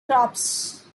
crops